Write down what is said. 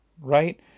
right